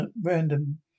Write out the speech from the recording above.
random